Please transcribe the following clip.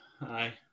Aye